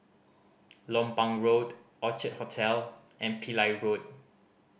Lompang Road Orchard Hotel and Pillai Road